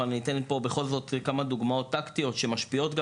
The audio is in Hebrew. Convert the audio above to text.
אבל בכל זאת אני אתן כמה דוגמאות טקטיות שמשפיעות גם